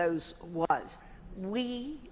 those was we